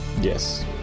Yes